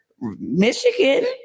Michigan